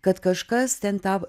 kad kažkas ten tą